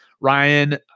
Ryan